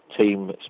team